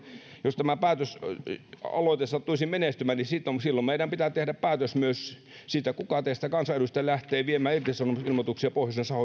jos tämä päätösaloite sattuisi menestymään silloin meidän pitää tehdä päätös myös siitä kuka teistä kansanedustajista lähtee viemään irtisanomisilmoituksia pohjoisen